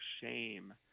shame